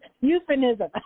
Euphemism